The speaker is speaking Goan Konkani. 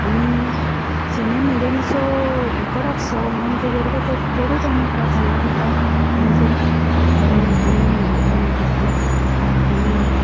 आनी शनी म्हणजे मातसो कडकसो म्हणोन तेजे कडेन तर चडूच आमी प्रार्थना करता आमचें बरें तुवें आयकुचें करचें आनी